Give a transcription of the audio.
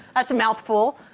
that's a mouthful.